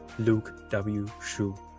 LukeWshu